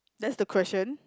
that's the question